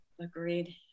agreed